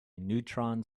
neutron